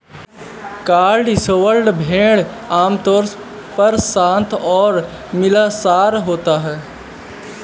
Cotswold भेड़ आमतौर पर शांत और मिलनसार होती हैं